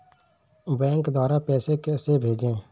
Bank द्वारा पैसे कैसे भेजें?